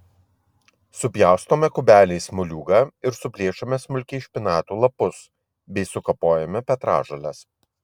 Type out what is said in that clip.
supjaustome kubeliais moliūgą ir suplėšome smulkiai špinatų lapus bei sukapojame petražoles